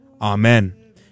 Amen